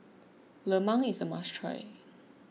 Lemang is a must try